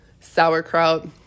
sauerkraut